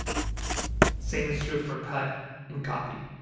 same is true for cut and copy.